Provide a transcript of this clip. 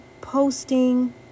Posting